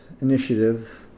initiative